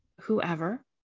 whoever